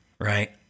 Right